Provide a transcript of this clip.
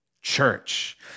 church